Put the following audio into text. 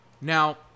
Now